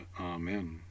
Amen